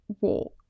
walk